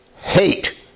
hate